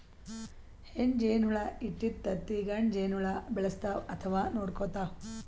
ಹೆಣ್ಣ್ ಜೇನಹುಳ ಇಟ್ಟಿದ್ದ್ ತತ್ತಿ ಗಂಡ ಜೇನಹುಳ ಬೆಳೆಸ್ತಾವ್ ಅಥವಾ ನೋಡ್ಕೊತಾವ್